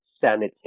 sanitation